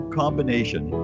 combination